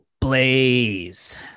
Blaze